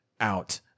out